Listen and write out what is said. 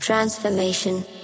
transformation